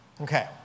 Okay